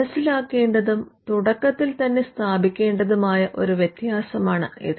മനസ്സിലാക്കേണ്ടതും തുടക്കത്തിൽ തന്നെ സ്ഥാപിക്കേണ്ടതുമായ ഒരു വ്യത്യാസമാണ് ഇത്